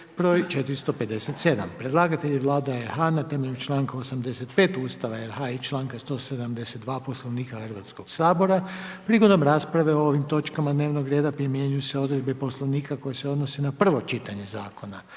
br. 454 Predlagatelj je Vlada RH na temelju članka 85 Ustava RH i članka 172 Poslovnika Hrvatskog sabora. Prigodom rasprave o ovim točkama dnevnog reda primjenjuju se odredbe Poslovnika koje se odnose na prvo čitanje zakona.